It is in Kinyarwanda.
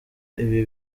ibi